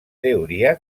teoria